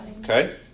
Okay